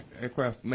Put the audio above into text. aircraft